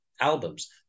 albums